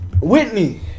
Whitney